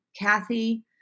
Kathy